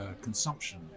consumption